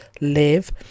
live